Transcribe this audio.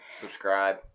Subscribe